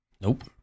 Nope